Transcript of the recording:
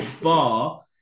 bar